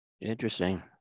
Interesting